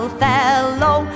fellow